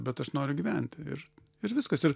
bet aš noriu gyventi ir ir viskas ir